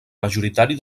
majoritari